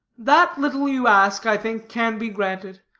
that little you ask, i think, can be granted.